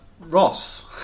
Ross